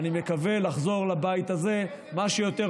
ואני מקווה לחזור לבית הזה כמה שיותר